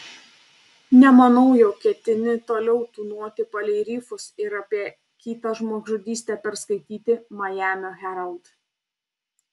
nemanau jog ketini toliau tūnoti palei rifus ir apie kitą žmogžudystę perskaityti majamio herald